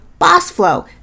BOSSFLOW